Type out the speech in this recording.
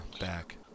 back